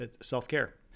self-care